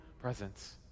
presence